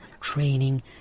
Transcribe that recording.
training